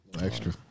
Extra